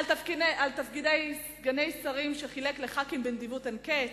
על תפקידי סגני שרים שחילק לחברי הכנסת בנדיבות אין קץ?